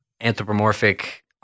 anthropomorphic